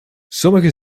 sommige